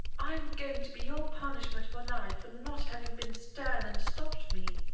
i'm going to be your punishment for life for not having been stern and stopped me.